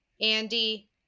andy